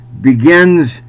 begins